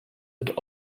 wird